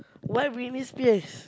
why Britney-Spears